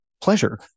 pleasure